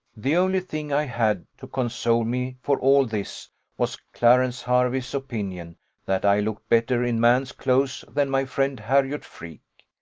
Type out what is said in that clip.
the only thing i had to console me for all this was clarence hervey's opinion that i looked better in man's clothes than my friend harriot freke.